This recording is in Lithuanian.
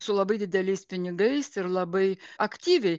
su labai dideliais pinigais ir labai aktyviai